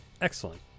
Excellent